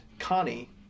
Connie